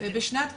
בשנת קורונה,